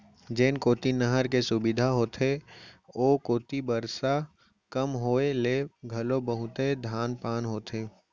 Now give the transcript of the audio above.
जेन कोती नहर के सुबिधा होथे ओ कोती बरसा कम होए ले घलो बहुते धान पान होथे